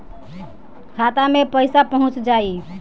खाता मे पईसा पहुंच जाई